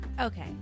Okay